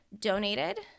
donated